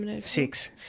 Six